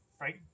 right